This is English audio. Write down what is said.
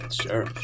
Sure